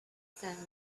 sands